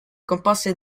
composte